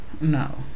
No